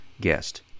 guest